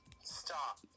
stop